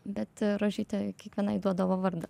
bet rožytė kiekvienai duodavo vardą